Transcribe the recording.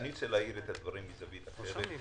אני רוצה להאיר את הדברים מזווית אחרת,